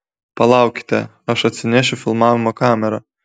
palaukite aš atsinešiu filmavimo kamerą